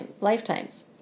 lifetimes